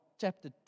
chapter